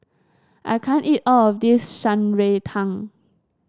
I can't eat all of this Shan Rui Tang